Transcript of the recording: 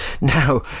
Now